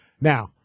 Now